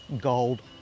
gold